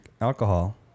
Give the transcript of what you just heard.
alcohol